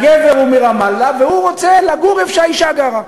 המאגר הביומטרי.